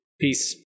Peace